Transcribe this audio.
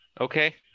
okay